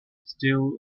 still